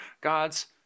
God's